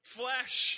flesh